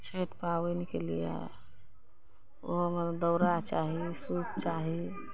छैठ पाबनिके लिये ओहोमे दौड़ा चाही सूप चाही